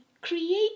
Create